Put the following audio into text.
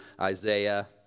Isaiah